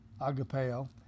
agapeo